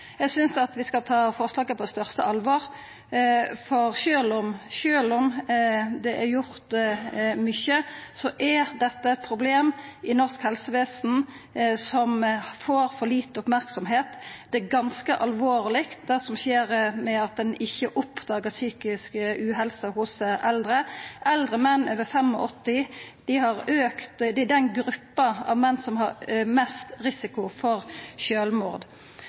Eg synest vi skal ta forslaget på største alvor, for sjølv om det er gjort mykje, er dette eit problem som får for lite merksemd i norsk helsevesen. Det er ganske alvorleg at ein ikkje oppdagar psykisk uhelse hos eldre. Eldre menn over 85 år er gruppa av menn som har størst risiko for sjølvmord.